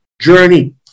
journey